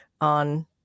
on